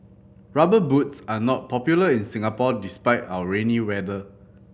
Rubber Boots are not popular in Singapore despite our rainy weather